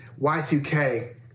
Y2K